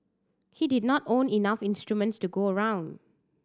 he did not own enough instruments to go around